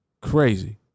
Crazy